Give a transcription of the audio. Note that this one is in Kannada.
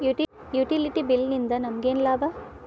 ಯುಟಿಲಿಟಿ ಬಿಲ್ ನಿಂದ್ ನಮಗೇನ ಲಾಭಾ?